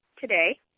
today